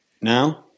now